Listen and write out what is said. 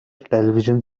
television